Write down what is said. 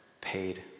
paid